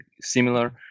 similar